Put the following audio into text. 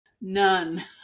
None